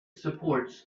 supports